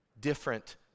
Different